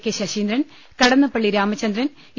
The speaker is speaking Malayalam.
K Saseendran Kadannappally Ramachandran E